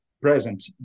present